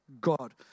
God